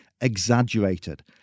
exaggerated